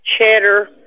cheddar